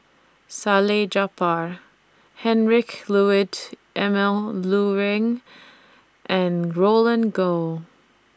Salleh Japar Heinrich Ludwig Emil Luering and Roland Goh